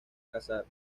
casar